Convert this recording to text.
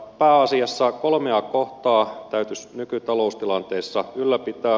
pääasiassa kolmea kohtaa täytyisi nykytaloustilanteessa ylläpitää